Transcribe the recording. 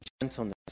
gentleness